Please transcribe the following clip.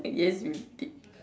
yes you did